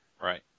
Right